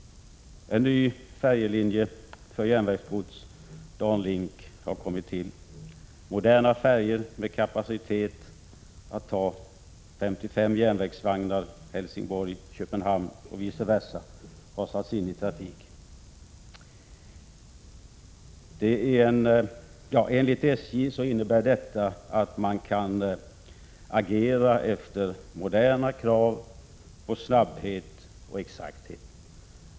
En ny färjelinje för järnvägsgods, DanLink, har kommit till. Moderna färjor med kapacitet att ta 55 järnvägsvagnar har satts in i trafik på linjen Helsingborg-Köpenhamn. Enligt SJ innebär detta att man kan agera efter moderna krav på snabbhet och exakthet.